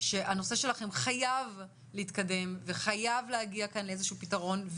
שהנושא שלכם חייב להתקדם וחייב להגיע כאן לאיזה שהוא פתרון.